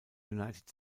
united